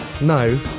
No